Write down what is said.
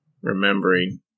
remembering